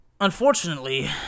Unfortunately